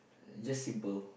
just simple